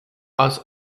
aus